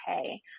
okay